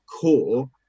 core